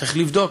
צריך לבדוק.